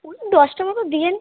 ফুল দশটা মতো দেবেন